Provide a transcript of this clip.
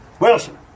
Wilson